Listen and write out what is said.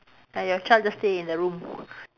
and your child just stay in the room